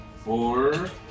four